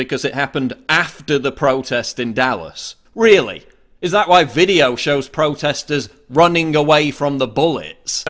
because it happened after the protest in dallas really is that why video shows protesters running away from the bullet